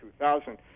2000